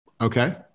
Okay